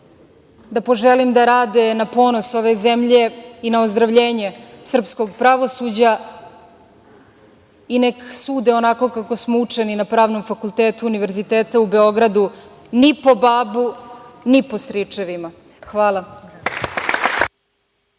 da poželim da rade na ponos ove zemlje i na ozdravljenje srpskog pravosuđa i neka sude onako kako smo učeni na Pravnom fakultetu Univerziteta u Beogradu – ni po babu, ni po stričevima. Hvala.